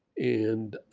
and